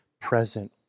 present